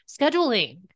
scheduling